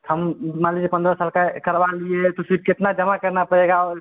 हम मान लीजिए पंद्रह साल का करवा लिए हैं तो फिर कितना जमा करना पड़ेगा और